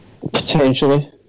Potentially